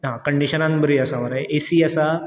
आ कंडीशनान बरी आसा मरे ए सी आसा